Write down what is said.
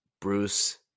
Bruce